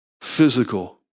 physical